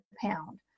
pound